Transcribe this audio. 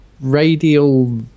radial